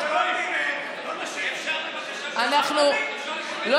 ואנחנו נשיב לו.